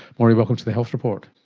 maurie, welcome to the health report.